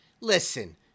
Listen